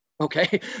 Okay